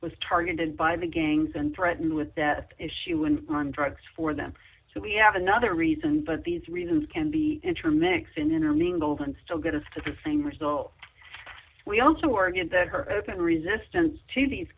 was targeted by the gangs and threatened with death if she was on drugs for them so we have another reason but these reasons can be intermixed intermingled and still get us to the same result we also argued that her open resistance to these